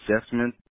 assessment